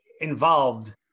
involved